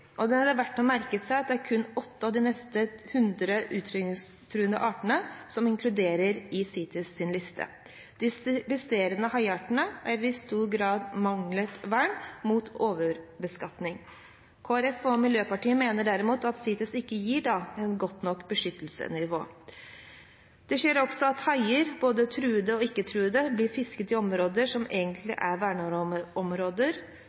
utryddingstruede haiarter. Det er verdt å merke seg at det kun er åtte av nesten 100 utryddingstruede haiarter som er inkludert på CITES’ liste. De resterende haiartene mangler i stor grad vern mot overbeskatning, og Kristelig Folkeparti og Miljøpartiet De Grønne mener dermed at CITES ikke gir et godt nok beskyttelsesnivå. Det skjer også at haier, både truede og ikke-truede, blir fisket i områder som egentlig er